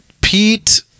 Pete